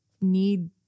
need